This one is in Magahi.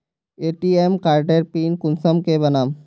ए.टी.एम कार्डेर पिन कुंसम के बनाम?